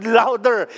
louder